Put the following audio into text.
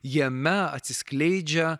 jame atsiskleidžia